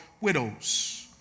widows